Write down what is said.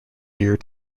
year